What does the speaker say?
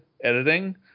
editing